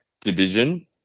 division